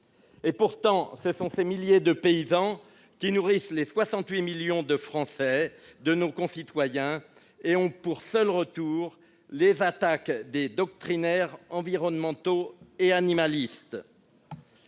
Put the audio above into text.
Pourtant, ce sont ces milliers de paysans qui nourrissent nos 68 millions de concitoyens, avec pour seul retour les attaques des doctrinaires environnementaux et animalistes